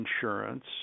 insurance